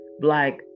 black